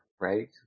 right